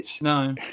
No